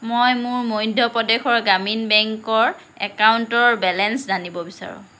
মই মোৰ মধ্যপ্ৰদেশৰ গ্ৰামীণ বেংকৰ একাউণ্টৰ বেলেঞ্চ জানিব বিচাৰোঁ